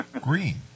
Green